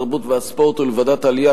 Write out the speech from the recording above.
התרבות והספורט ולוועדת העלייה,